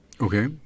okay